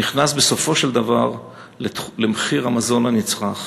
נכנס בסופו של דבר למחיר המזון הנצרך.